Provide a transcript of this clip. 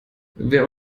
wer